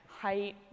height